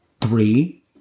Three